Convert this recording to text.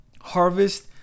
Harvest